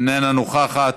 איננה נוכחת,